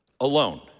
alone